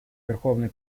верховный